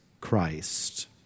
Christ